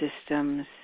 systems